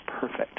perfect